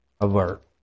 alert